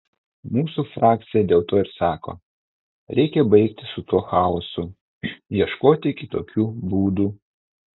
mūsų frakcija dėl to ir sako reikia baigti su tuo chaosu ieškoti kitokių būdų